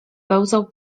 pełzał